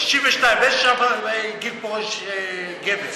62. באיזה גיל פורש גבר?